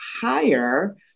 higher